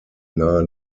nahe